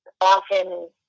often